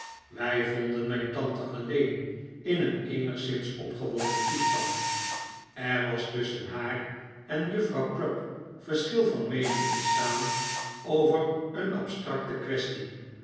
wij vonden mijn tante alleen in een eenigszins opgewonden toestand er was tusschen haar en juffrouw crupp yerschil van meening ontstaan over een abstracte quaestie